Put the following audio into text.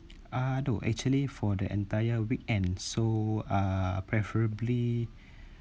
uh no actually for the entire weekend so uh preferably